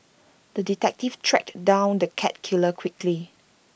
the detective tracked down the cat killer quickly